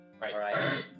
right